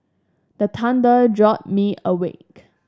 the thunder jolt me awake